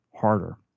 harder